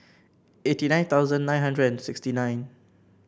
eighty nine thousand two hundred and sixty nine